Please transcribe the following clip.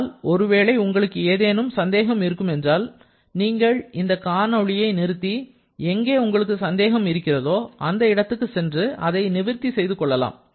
ஆனால் ஒருவேளை உங்களுக்கு ஏதேனும் சந்தேகம் இருக்கும் என்றால் நீங்கள் இந்த காணொளியை நிறுத்தி எங்கே உங்களுக்கு சந்தேகம் இருக்கிறதோ அந்த இடத்துக்கு சென்று அதை நிவர்த்தி செய்து கொள்ளலாம்